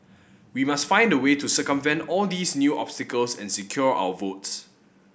we must find a way to circumvent all these new obstacles and secure our votes